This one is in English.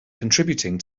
contributing